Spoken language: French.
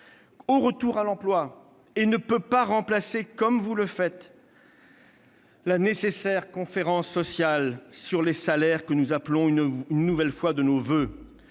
du retour à l'emploi : elle ne peut donc remplacer, comme vous le faites, la nécessaire conférence sociale sur les salaires, que nous appelons une nouvelle fois de nos voeux.